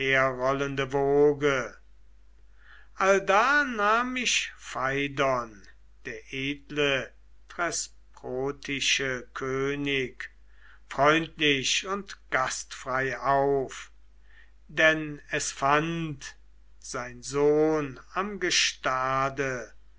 allda nahm mich pheidon der edle thesprotische könig freundlich und gastfrei auf denn es fand sein sohn am gestade